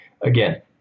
again